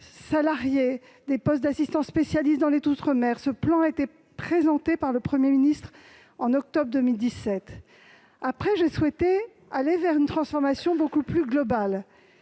salariés, des postes d'assistants spécialisés dans les outre-mer. Il a été présenté par le Premier ministre au mois d'octobre 2017. J'ai souhaité ensuite aller vers une transformation beaucoup plus globale,